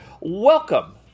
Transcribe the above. Welcome